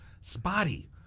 spotty